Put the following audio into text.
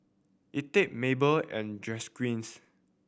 Etha Mable and Jaquez